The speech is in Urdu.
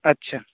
اچھا